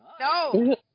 No